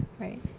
right